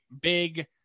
big